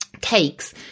cakes